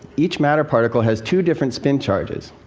each matter particle has two different spin charges,